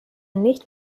nicht